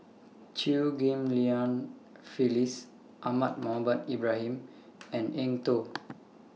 Chew Ghim Lian Phyllis Ahmad Mohamed Ibrahim and Eng Tow